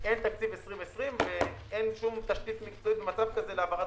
שאין תקציב 2020 ואין שום תשתית מקצועית במצב כזה להעברת